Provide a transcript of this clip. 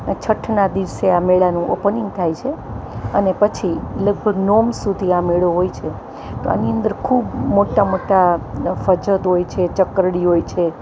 ને છઠ્ઠના દિવસે આ મેળાનું ઓપનિંગ થાય છે અને પછી લગભગ નોમ સુધી આ મેળો હોય છે તો આની અંદર ખૂબ મોટા મોટા ફજત હોય છે ચકરડી હોય છે